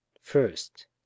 first